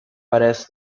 parece